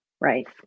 right